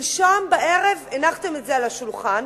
שלשום בערב הנחתם את זה על השולחן,